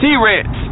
T-Rex